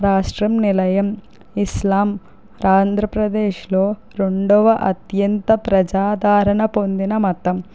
రాష్ట్రం నిలయం ఇస్లాం ఆంధ్రప్రదేశ్లో రెండవ అత్యంత ప్రజాదారణ పొందిన మతం